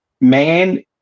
man